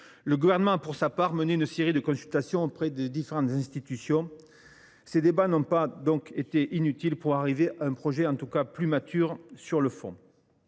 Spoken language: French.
Le Gouvernement a, pour sa part, mené une série de consultations auprès de différentes institutions. Ces débats n’ont donc pas été inutiles pour parvenir à l’élaboration d’un projet plus mature sur le fond.